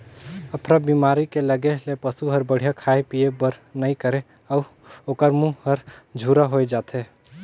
अफरा बेमारी के लगे ले पसू हर बड़िहा खाए पिए बर नइ करे अउ ओखर मूंह हर झूरा होय जाथे